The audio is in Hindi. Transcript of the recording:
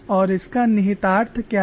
और इसका निहितार्थ क्या है